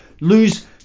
lose